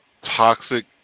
toxic